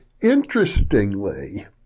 interestingly